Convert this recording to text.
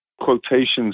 quotations